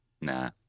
Nah